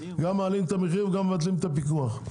גם מעלים את המחירים וגם מבטלים את הפיקוח.